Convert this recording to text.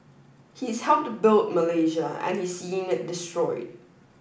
he's helped built Malaysia and he's seeing it destroyed